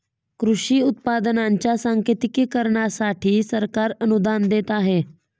कृषी उत्पादनांच्या सांकेतिकीकरणासाठी सरकार अनुदान देत आहे